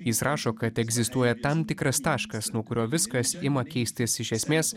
jis rašo kad egzistuoja tam tikras taškas nuo kurio viskas ima keistis iš esmės